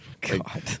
God